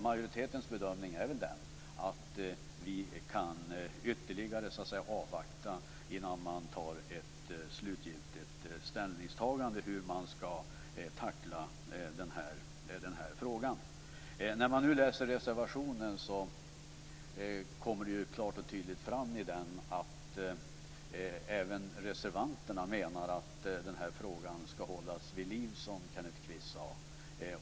Majoritetens bedömning är väl att vi ytterligare kan avvakta innan ett slutgiltigt ställningstagande görs av hur den här frågan skall tacklas. I reservationen framgår det klart och tydligt att även reservanterna menar att denna fråga skall hållas vid liv, som Kenneth Kvist sade.